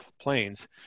planes